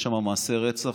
יש שם מעשי רצח,